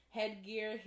Headgear